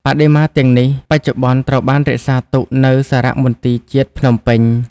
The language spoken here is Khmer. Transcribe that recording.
បដិមាទាំងនេះបច្ចុប្បន្នត្រូវបានរក្សាទុកនៅសារមន្ទីរជាតិភ្នំពេញ។